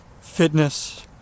fitness